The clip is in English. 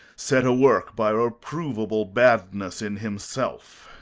set awork by a reproveable badness in himself.